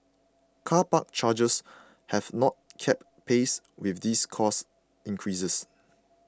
car park charges have not kept pace with these cost increases